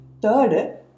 Third